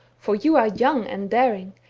for you are young and daring,